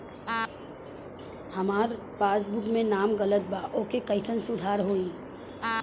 हमार पासबुक मे नाम गलत बा ओके कैसे सुधार होई?